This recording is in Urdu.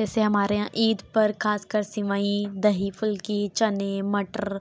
جیسے ہمارے یہاں عید پر خاص کر سیوئیں دہی پھلکی چنے مٹر